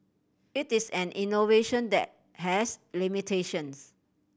it is an innovation that has limitations